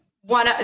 one